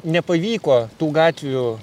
nepavyko tų gatvių